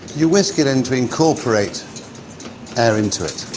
you whisk it in to incorporate air into it.